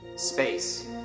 Space